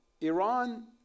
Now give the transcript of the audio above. Iran